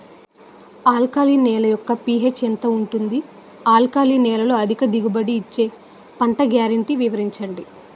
Alkali నేల యెక్క pH ఎంత ఉంటుంది? ఆల్కలి నేలలో అధిక దిగుబడి ఇచ్చే పంట గ్యారంటీ వివరించండి?